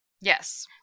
Yes